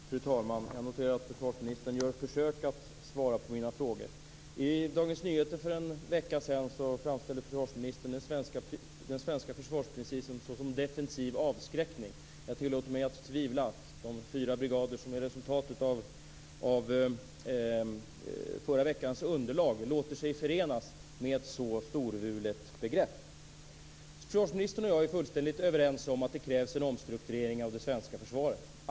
Fru talman! Jag noterar att försvarsministern gör ett försök att svara på mina frågor. I Dagens Nyheter för en vecka sedan framställde försvarsministern den svenska försvarsprincipen såsom defensiv avskräckning. Jag tillåter mig att tvivla på att de fyra brigader som är resultatet av förra veckans underlag låter sig förenas med ett så storvulet begrepp. Försvarsministern och jag är fullständigt överens om att det krävs en omstrukturering av det svenska försvaret.